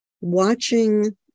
watching